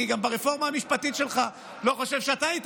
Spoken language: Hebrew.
גם ברפורמה המשפטית שלך אני לא חושב שהיית